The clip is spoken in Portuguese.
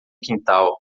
quintal